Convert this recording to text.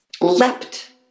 leapt